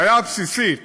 הבעיה הבסיסית